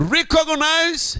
Recognize